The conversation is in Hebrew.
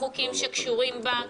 החוקים שקשורים בה.